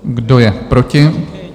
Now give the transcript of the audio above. Kdo je proti?